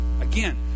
Again